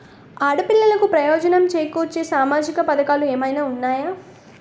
ఆడపిల్లలకు ప్రయోజనం చేకూర్చే సామాజిక పథకాలు ఏమైనా ఉన్నాయా?